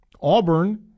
Auburn